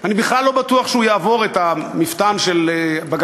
אני בכלל לא בטוח שהוא יעבור את המפתן של בג"ץ,